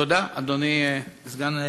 תודה, אדוני סגן השר.